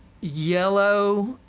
yellow